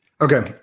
Okay